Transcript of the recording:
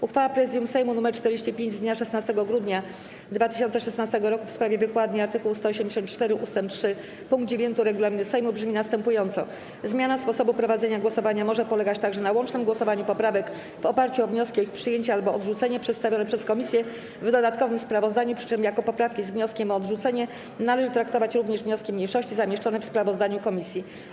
Uchwała Prezydium Sejmu nr 45 z dnia 16 grudnia 2016 r. w sprawie wykładni art. 184 ust. 3 pkt 9 regulaminu Sejmu brzmi następująco: „Zmiana sposobu prowadzenia głosowania może polegać także na łącznym głosowaniu poprawek w oparciu o wnioski o ich przyjęcie albo odrzucenie przedstawione przez komisje w dodatkowym sprawozdaniu, przy czym jako poprawki z wnioskiem o odrzucenie należy traktować również wnioski mniejszości zamieszczone w sprawozdaniu komisji”